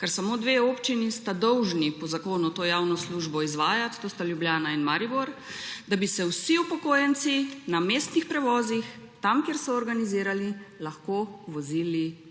ker samo dve občini sta dolžni po zakonu to javno službo izvajati, to sta Ljubljana in Maribor, da bi se vsi upokojenci na mestnih prevozih, tam, kjer so organizirani, lahko vozili